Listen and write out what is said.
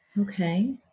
Okay